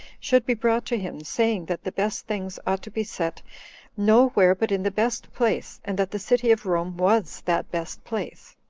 should be brought to him, saying that the best things ought to be set no where but in the best place, and that the city of rome was that best place.